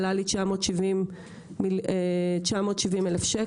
הוא עלה לי 970,000 שקל.